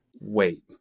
wait